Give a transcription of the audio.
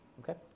Okay